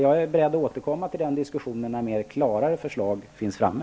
Jag är beredd att återkomma till denna diskussion när det har lagts fram mer konkreta förslag.